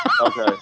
Okay